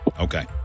Okay